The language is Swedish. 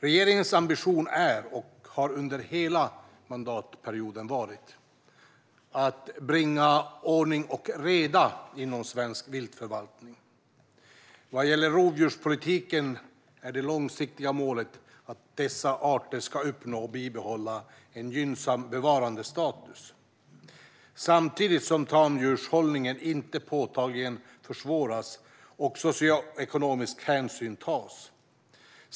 Regeringens ambition är, och har under hela mandatperioden varit, att bringa ordning och reda inom svensk viltförvaltning. Vad gäller rovdjurspolitiken är det långsiktiga målet att dessa arter ska uppnå och bibehålla en gynnsam bevarandestatus samtidigt som tamdjurshållning inte påtagligt försvåras och socioekonomisk hänsyn tas.